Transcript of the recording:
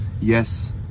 Yes